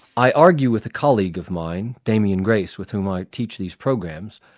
i argue with a colleague of mine, damian grace, with whom i teach these programs,